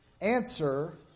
answer